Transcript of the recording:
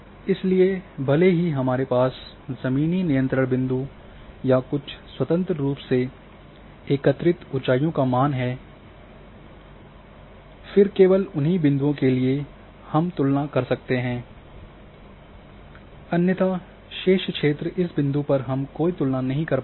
इसलिए भले ही हमारे पास जमीनी नियंत्रण बिंदु या कुछ स्वतंत्र रूप से एकत्रित ऊँचाइयों का मान और फिर केवल उन्हो बिंदुओं के लिए हम मैं तुलना कर सकते हैं अन्यथा शेष क्षेत्र इस बिंदु पर हम कोई तुलना नहीं कर पाएँगे